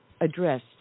address